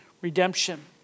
redemption